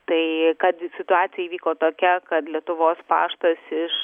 tai kad situacija įvyko tokia kad lietuvos paštas iš